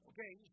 Okay